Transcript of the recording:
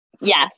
yes